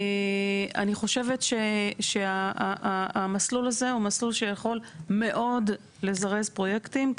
אני חושבת שהמסלול הזה הוא מסלול שיכול מאוד לזרז פרויקטים.